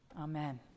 Amen